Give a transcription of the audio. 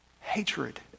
hatred